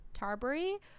Tarbury